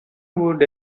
would